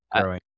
growing